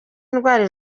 indwara